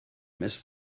miss